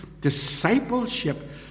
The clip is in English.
discipleship